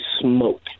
smoke